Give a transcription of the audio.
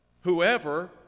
whoever